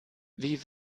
wie